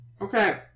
Okay